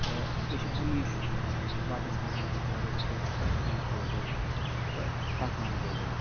تہٕ أسۍ چھِ ہَمیشہِ بَتہٕ ژھانٛڈان ییٚمہِ کہِ وَجہ سۭتۍ أسۍ ٹھیٖک روزو تہٕ پَکان روزو